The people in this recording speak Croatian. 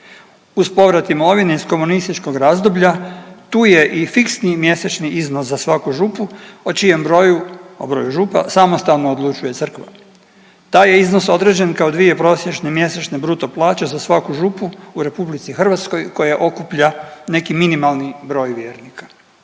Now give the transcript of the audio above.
uz povrat imovine iz komunističkog razdoblja, tu je i fiksni mjesečni iznos za svaku župu o čijem broju, o broju župa, samostalno odlučuje crkva. Taj je iznos određen kao dvije prosječne mjesečne bruto plaće za svaku župu u RH koja okuplja neki minimalni broj vjernika.